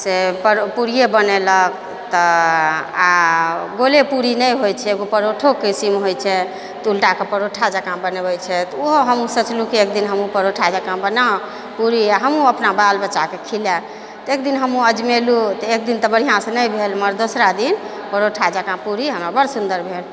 से पर पूरिये बनेलक तऽ आ गोले पूरी नहि होइ छै एगो परोठो किस्म होइ छै तऽ उल्टा कऽ परोठा जँका बनबै छै ओ हम सोचलहुँ कि एक दिन हमहूँ परोठा जँका बनाउ पूरी हमहूँ अपना बाल बच्चाके खिलाएब तऽ एक दिन हमहूँ अजमेलहुँ तऽ एकदिन तऽ बढ़िआँसँ नहि भेल मगर दोसरा दिन परोठा जँका पूरी हमरा बड़ सुन्दर भेल